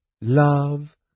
love